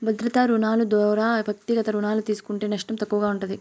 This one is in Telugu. భద్రతా రుణాలు దోరా వ్యక్తిగత రుణాలు తీస్కుంటే నష్టం తక్కువగా ఉంటుంది